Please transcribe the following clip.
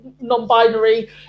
non-binary